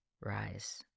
rise